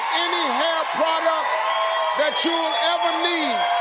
hair products that you'll ever need. yeah